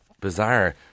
bizarre